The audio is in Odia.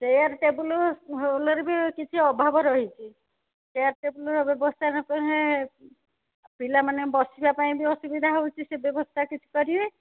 ଚେୟାର୍ ଟେବୁଲ୍ ବି କିଛି ଅଭାବ ରହିଛି ଚେୟାର୍ ଟେବୁଲ୍ର ବ୍ୟବସ୍ଥା ନ କଲେ ପିଲାମାନେ ବସିବା ପାଇଁ ବି ଅସୁବିଧା ହେଉଛି ସେ ବ୍ୟବସ୍ଥା କିଛି କରିବେ